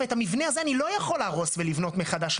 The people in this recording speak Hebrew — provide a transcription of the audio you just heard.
ואת המבנה הזה אני לא יכול להרוס ולבנות מחדש.